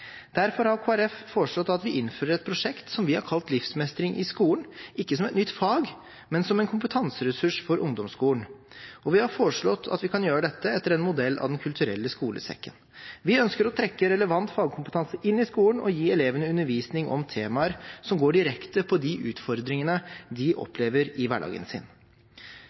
Derfor har Kristelig Folkeparti foreslått å innføre et prosjekt som vi har kalt Livsmestring i skolen – ikke som et nytt fag, men som en kompetanseressurs for ungdomsskolen. Vi har foreslått at man kan gjøre dette etter modell av Den kulturelle skolesekken. Vi ønsker å trekke relevant fagkompetanse inn i skolen og gi elevene undervisning om temaer som går direkte på de utfordringene de opplever i hverdagen.